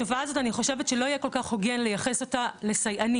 אני חושבת שזה לא כל כך הוגן לייחס את התופעה הזאת לסייענים.